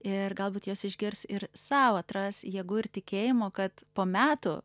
ir galbūt jos išgirs ir sau atras jėgų ir tikėjimo kad po metų